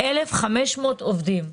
1,500 עובדים,